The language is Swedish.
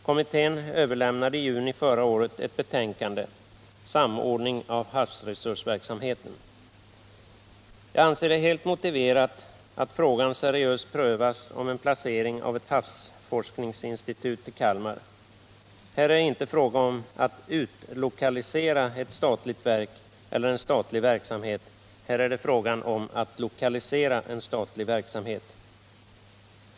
Kommittén överlämnade i juni förra året ett betänkande, Samordning av havsresursverksamheten. Jag anser det helt motiverat att frågan om en placering av ett havsforskningsinstitut i Kalmar prövas seriöst. Här är det inte fråga om att urlokalisera ett statligt verk eller en statlig verksamhet — här är det fråga om att lokalisera en statlig verksamhet.